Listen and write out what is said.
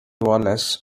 wallace